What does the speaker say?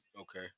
Okay